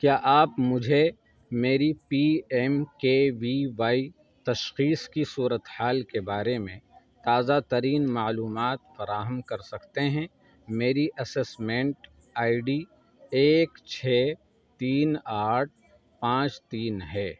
کیا آپ مجھے میری P M K V Y تشخیص کی صورت حال کے بارے میں تازہ ترین معلومات فراہم کر سکتے ہیں میری اسسمنٹ آئی ڈی ایک چھ تین آٹھ پانچ تین ہے